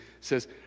says